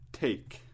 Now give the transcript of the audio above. take